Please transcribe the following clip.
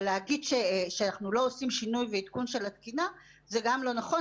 אבל להגיד שאנחנו לא עושים שינוי ועדכון של התקינה זה גם לא נכון.